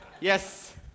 Yes